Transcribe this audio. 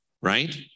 Right